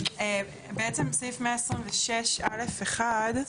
סעיף 126(א)(1)